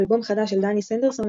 אלבום חדש של דני סנדרסון,